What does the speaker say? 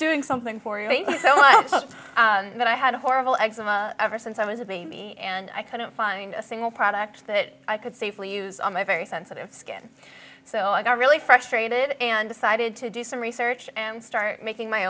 that i had a horrible eczema ever since i was a baby and i couldn't find a single product that i could safely use on my very sensitive skin so i got really frustrated and decided to do some research and start making my